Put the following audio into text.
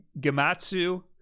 Gamatsu